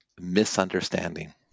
misunderstanding